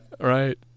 Right